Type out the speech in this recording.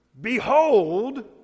behold